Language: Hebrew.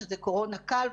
שזה קורונה קל.